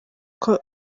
uko